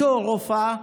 בתו רופאה.